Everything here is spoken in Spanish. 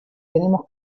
tenemos